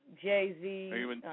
Jay-Z